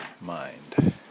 Mind